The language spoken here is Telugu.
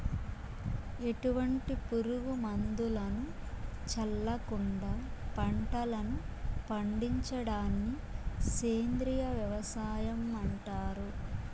ఎటువంటి పురుగు మందులను చల్లకుండ పంటలను పండించడాన్ని సేంద్రీయ వ్యవసాయం అంటారు